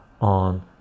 on